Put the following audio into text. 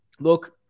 Look